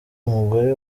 umugore